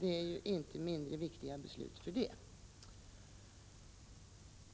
det är inte mindre viktiga beslut för det.